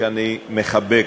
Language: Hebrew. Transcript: שאני מחבק,